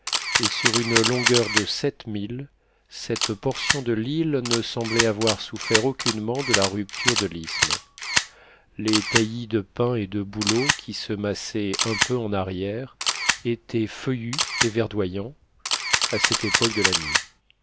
et sur une longueur de sept milles cette portion de l'île ne semblait avoir souffert aucunement de la rupture de l'isthme les taillis de pins et de bouleaux qui se massaient un peu en arrière étaient feuillus et verdoyants à cette époque de l'année